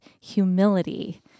humility